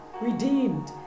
redeemed